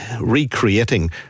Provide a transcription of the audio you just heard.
recreating